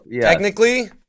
technically